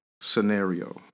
scenario